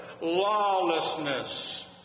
lawlessness